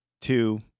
two